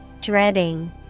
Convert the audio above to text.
Dreading